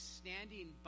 standing